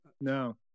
No